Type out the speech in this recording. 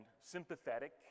sympathetic